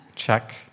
Check